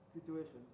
situations